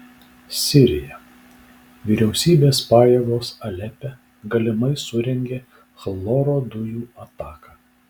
sirija vyriausybės pajėgos alepe galimai surengė chloro dujų ataką